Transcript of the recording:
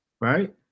right